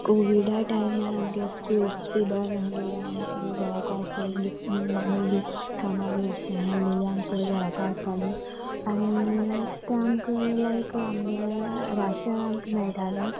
कोविडा टायमार आमगे स्कुल्स बी बंद आसलेली आमी सगले घराको आसतालीगे मामी बी कामां बी अशें आसलेलीं आमी सगलीं घराको आसताली आनी तें आमकां लायक आमगे राशन आमकां मेळटालें